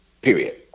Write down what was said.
Period